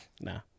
Nah